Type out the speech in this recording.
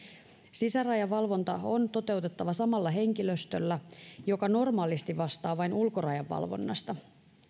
sisärajavalvonta on toteutettava samalla henkilöstöllä joka normaalisti vastaa vain ulkorajan valvonnasta